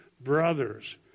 brothers